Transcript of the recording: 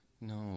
No